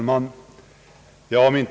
Herr talman!